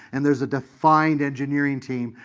and there's a defined engineering team,